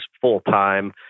full-time